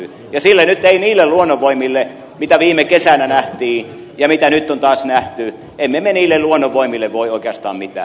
emme me niille luonnonvoimille mitä viime kesänä nähtiin ja mitä nyt on taas nähty voi oikeastaan mitään